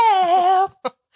Help